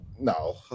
No